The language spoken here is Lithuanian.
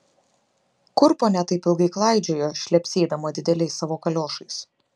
kur ponia taip ilgai klaidžiojo šlepsėdama dideliais savo kaliošais